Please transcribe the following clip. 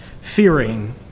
fearing